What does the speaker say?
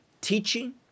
teaching